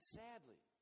sadly